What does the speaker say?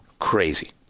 Crazy